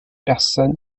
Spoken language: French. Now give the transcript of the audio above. personne